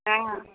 हँ